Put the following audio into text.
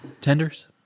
tenders